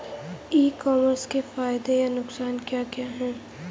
ई commerce के फायदे या नुकसान क्या क्या हैं?